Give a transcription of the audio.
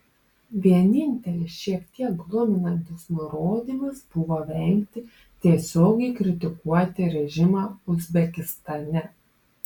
vienintelis šiek tiek gluminantis nurodymas buvo vengti tiesiogiai kritikuoti režimą uzbekistane